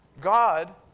God